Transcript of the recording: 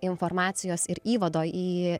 informacijos ir įvado į